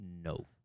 No